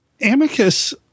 Amicus